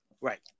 Right